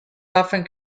often